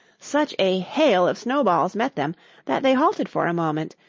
such a hail of snowballs met them that they halted for a moment,